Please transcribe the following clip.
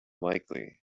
likely